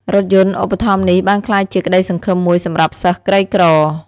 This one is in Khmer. រថយន្តឧបត្ថម្ភនេះបានក្លាយជាក្តីសង្ឃឹមមួយសម្រាប់សិស្សក្រីក្រ។